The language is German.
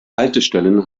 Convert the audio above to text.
haltestellen